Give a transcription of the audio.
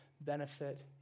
benefit